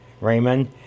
Raymond